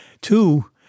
Two